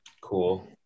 Cool